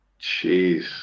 Jeez